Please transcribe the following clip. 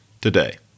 today